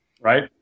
right